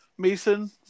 Mason